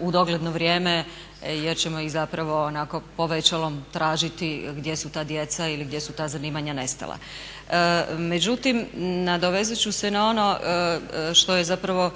u dogledno vrijeme jer ćemo ih zapravo onako povećalom tražiti gdje su ta djeca ili gdje su ta zanimanja nestala. Međutim, nadovezat ću se na ono što je zapravo